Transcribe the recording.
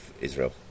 Israel